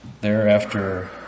thereafter